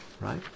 right